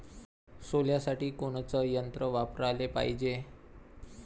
सोल्यासाठी कोनचं यंत्र वापराले पायजे?